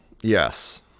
Yes